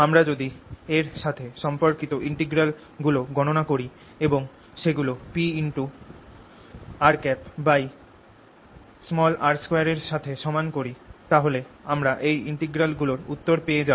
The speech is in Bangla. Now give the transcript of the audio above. আমরা যদি এর সাথে সম্পর্কিত ইন্টেগ্রাল গুলো গণনা করি এবং সেগুলো Prr2 এর সাথে সমান করি তাহলে আমরা এই ইন্টিগ্রাল গুলোর উত্তর পেয়ে যাব